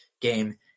game